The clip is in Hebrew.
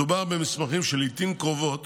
מדובר במסמכים שלעיתים קרובות